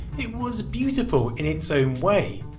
it was beautiful in it's own way.